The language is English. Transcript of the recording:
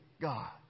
God